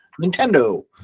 Nintendo